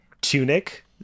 Tunic